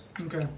Okay